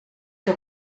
que